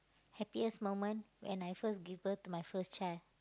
happiest moment when I first give birth to my first child